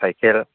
cycle